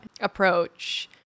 approach